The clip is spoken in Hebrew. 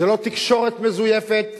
זה לא תקשורת מזויפת,